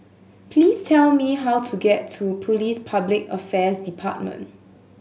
please tell me how to get to Police Public Affairs Department